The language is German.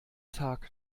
tag